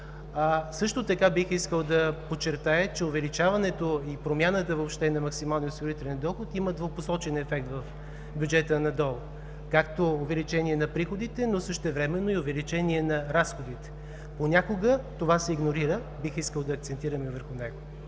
размер. Бих искал да подчертая, че увеличаването, промяната въобще на максималния осигурителен доход има двупосочен ефект в бюджета на ДОО – както увеличение на приходите, но същевременно и увеличение на разходите. Понякога това се игнорира – бих искал да акцентирам и върху него.